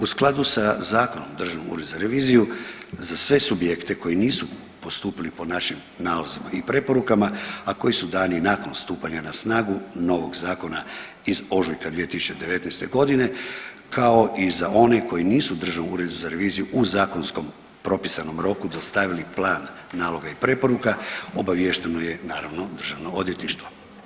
U skladu sa Zakonom o Državnom uredu za reviziju za sve subjekte koji nisu postupili po našim nalozima i preporukama, a koji su dani nakon stupanja na snagu novog zakona iz ožujka 2019. godine kao i za one koji nisu Državnom uredu za reviziju u zakonskom propisanom roku dostavili plan naloga i preporuka obaviješteno je naravno Državno odvjetništvo.